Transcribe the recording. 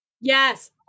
Yes